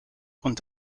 und